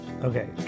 Okay